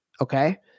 Okay